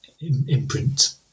imprint